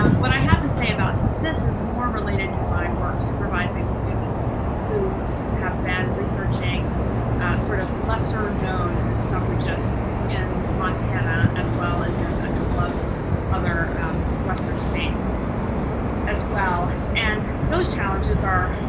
um what i have to say about this is more related to my work supervisor students who have been researching sort of lesser known suffragists in montana as well as in a couple of other western states as well. and those challenges are